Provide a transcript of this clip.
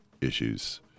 issues